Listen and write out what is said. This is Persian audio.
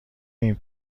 ایم